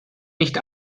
nicht